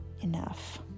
enough